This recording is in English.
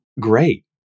great